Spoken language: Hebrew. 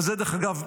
וזה, דרך אגב,